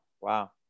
wow